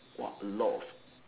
!wah! a lot of